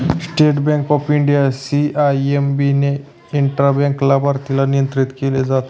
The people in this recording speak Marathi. state bank of India, CIMB ने इंट्रा बँक लाभार्थीला नियंत्रित केलं जात